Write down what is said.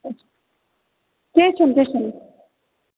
کینٛہہ چھُ نہٕ کینٛہہ چھُ نہٕ